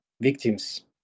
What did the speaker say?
Victims